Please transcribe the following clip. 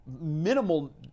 minimal